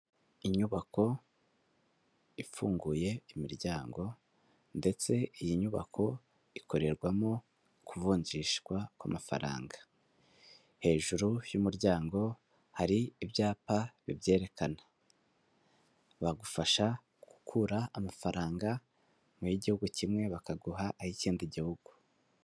inyubako ifunguye imiryango ndetse iyi nyubako ikorerwamo kuvunjishwa kw'amafaranga hejuru y'umuryango hari ibyapa bibyerekana bagufasha gukura amafaranga mu y'igihugu kimwe bakaguha ay'ikindi gihugu